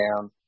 down